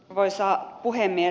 arvoisa puhemies